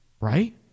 right